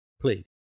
please